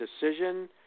decision